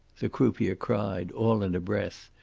the croupier cried, all in a breath,